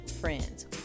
friends